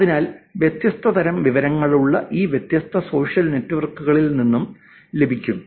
അതിനാൽ വ്യത്യസ്ത തരം വിവരങ്ങളുള്ള ഈ വ്യത്യസ്ത സോഷ്യൽ നെറ്റ്വർക്കുകളിൽ നിന്ന് ലഭിക്കും